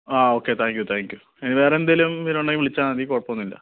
ആ okay thank you thank you വേറെ എന്തെങ്കിലും ഉണ്ടെങ്കിൽ വിളിച്ചാൽ മതി കുഴപ്പം ഒന്നും ഇല്ല